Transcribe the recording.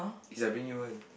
is I bring you one